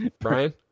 brian